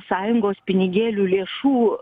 sąjungos pinigėlių lėšų